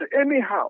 anyhow